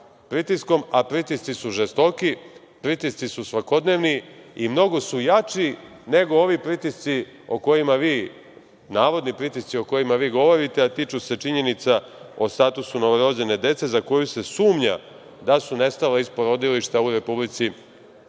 a pritisci su žestoki, pritisci su svakodnevni i mnogo su jači nego ovi pritisci, navodni pritisci, o kojima vi govorite, a tiču se činjenica o statusu novorođene dece za koju se sumnja da su nestala iz porodilišta u Republici